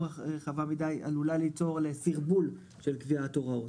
רחב מידי עלולים ליצור סרבול של קביעת הוראות,